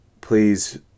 please